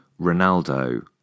Ronaldo